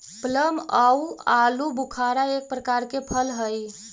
plum आउ आलूबुखारा एक प्रकार के फल हई